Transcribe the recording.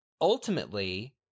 ultimately